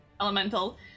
elemental